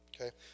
Okay